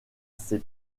ces